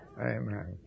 Amen